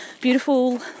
beautiful